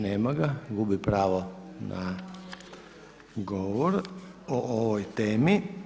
Nema ga, gubi pravo na govor o ovoj temi.